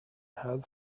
had